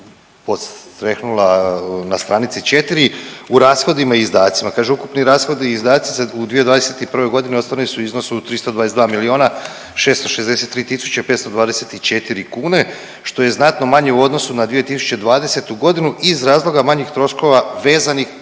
podstrehnula na stranici 4 u rashodima i izdacima. Kaže ukupni rashodi i izdaci u 2021. godini ostvareni su u iznosu 322 miliona 663 tisuća 524 kune što je znatno manje u odnosu na 2020. godinu iz razloga manjih troškova vezanih